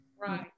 Right